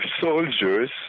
soldiers